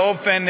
באופן